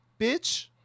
bitch